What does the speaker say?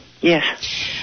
Yes